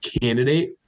candidate